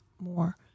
more